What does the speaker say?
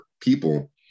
people